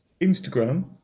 Instagram